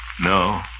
No